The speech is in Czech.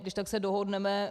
Když tak se dohodneme.